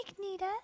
Nita